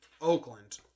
Oakland